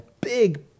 Big